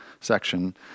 section